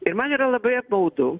ir man yra labai apmaudu